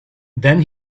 then